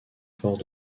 port